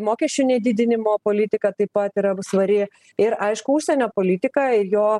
mokesčių nedidinimo politika taip pat yra svari ir aišku užsienio politika ir jo